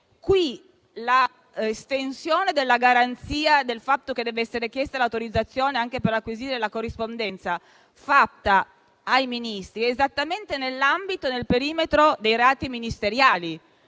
qui l'estensione della garanzia del fatto che dev'essere chiesta l'autorizzazione anche per acquisire la corrispondenza fatta ai Ministri è esattamente nel perimetro dei reati ministeriali.